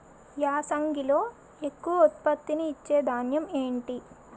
యాసంగిలో ఎక్కువ ఉత్పత్తిని ఇచే ధాన్యం ఏంటి?